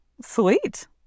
Sweet